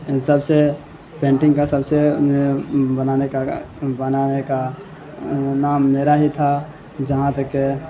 ان سب سے پینٹنگ کا سب سے بنانے کا بنانے کا نام میرا ہی تھا جہاں تک کہ